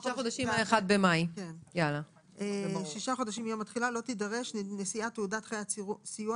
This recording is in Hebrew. חודשים מה-1 במאי 2023 - לא תידרש נשיאת תעודת חיית סיוע